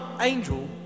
angel